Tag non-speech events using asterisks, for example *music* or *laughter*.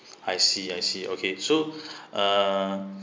I see I see okay so *breath* uh